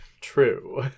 True